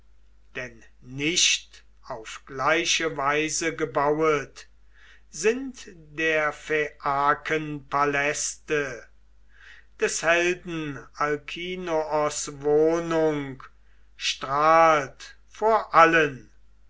denn nicht auf gleiche weise gebauet sind der phaiaken paläste des helden alkinoos wohnung strahlt vor allen